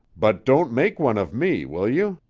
but don't make one of me, will you?